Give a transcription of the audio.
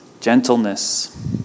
gentleness